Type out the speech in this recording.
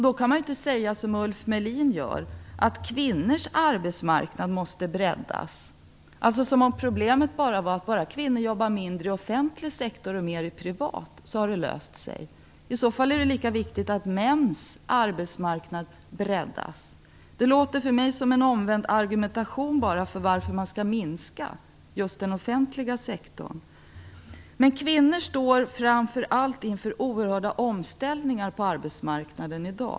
Då kan man inte som Ulf Melin säga att kvinnors arbetsmarknad måste breddas, som om problemet skulle vara löst bara kvinnor jobbade mindre i offentlig sektor och mer i privat. I så fall är det ju lika viktigt att mäns arbetsmarknad breddas. Det låter för mig som en omvänd argumentation för varför den offentliga sektorn skall minskas. Kvinnor står i dag framför allt inför oerhörda omställningar på arbetsmarknaden.